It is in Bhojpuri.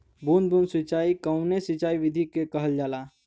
बूंद बूंद सिंचाई कवने सिंचाई विधि के कहल जाला?